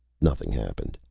nothing happened.